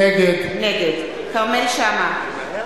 נגד כרמל שאמה,